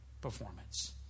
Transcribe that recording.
performance